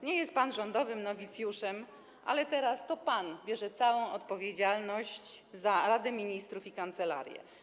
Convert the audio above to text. Nie jest pan rządowym nowicjuszem, ale teraz to pan bierze całą odpowiedzialność za Radę Ministrów i kancelarię.